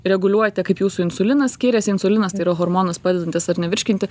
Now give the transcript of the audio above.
reguliuojate kaip jūsų insulinas skiriasi insulinas tai yra hormonas padedantis ar ne virškinti